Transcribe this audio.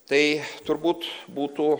tai turbūt būtų